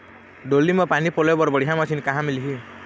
डोली म पानी पलोए बर बढ़िया मशीन कहां मिलही?